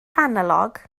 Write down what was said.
analog